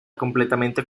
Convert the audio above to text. completamente